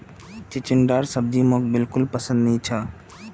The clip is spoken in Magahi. चिचिण्डार सब्जी मोक बिल्कुल पसंद नी छ